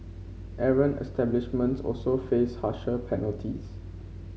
errant establishments also faced harsher penalties